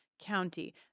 County